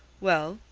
well,